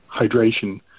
hydration